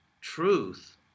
truth